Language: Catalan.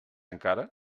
encara